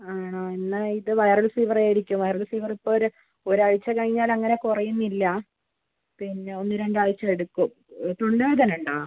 ആണോ എന്നാൽ ഇത് വൈറൽ ഫീവർ ആയിരിക്കും വൈറൽ ഫീവർ ഇപ്പോൾ ഒരാഴ്ച കഴിഞ്ഞാൽ അങ്ങനെ കുറയുന്നില്ല പിന്നെ ഒന്ന് രണ്ട് ആഴ്ച എടുക്കും തൊണ്ടവേദന ഉണ്ടോ